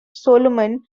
solomon